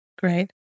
Great